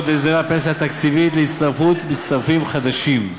והסדרי הפנסיה התקציבית למצטרפים חדשים.